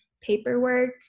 paperwork